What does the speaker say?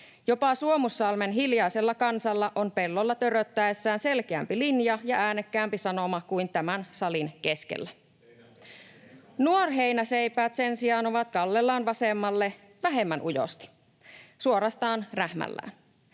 Jopa Suomussalmen hiljaisella kansalla on pellolla törröttäessään selkeämpi linja ja äänekkäämpi sanoma kuin tämän salin keskellä. Nuorheinäseipäät sen sijaan ovat kallellaan vasemmalle vähemmän ujosti, suorastaan rähmällään.